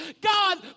God